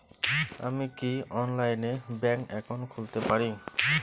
আমি কি অনলাইনে ব্যাংক একাউন্ট খুলতে পারি?